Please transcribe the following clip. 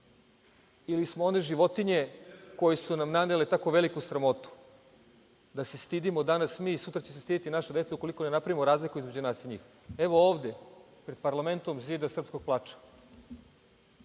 ili smo one životinje koje su nam nanele tako veliku sramotu da se stidimo danas mi, sutra će se stideti naša deca, ukoliko ne napravimo razliku između nas i njih. Evo, ovde, pred parlamentom zida srpskog plača,